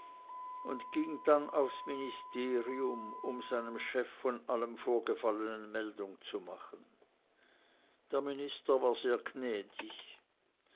und ging dann aufs ministerium um seinem chef von allem vorgefallenen meldung zu machen der minister war sehr gnädig